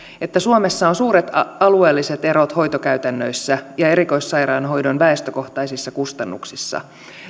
että suomessa on suuret alueelliset erot hoitokäytännöissä ja erikoissairaanhoidon väestökohtaisissa kustannuksissa